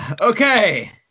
okay